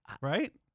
right